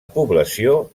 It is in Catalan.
població